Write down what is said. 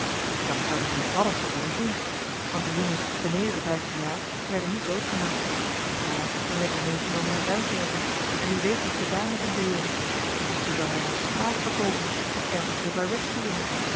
dat zouden ze nu paddeltje wel niet doen want de jongens beneden de vijftien jaar werden niet doodgemaakt maar dan werd hij meegenomen naar duinkerken en wie weet wat ze daar met hem deden misschien wel hem als slaaf verkoopen of ergens heel ver wegsturen